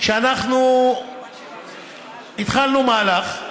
שאנחנו התחלנו מהלך,